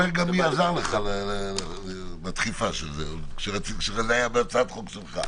ספר גם מי עזר לך לדחוף את זה כשזה היה בהצעת חוק שלך.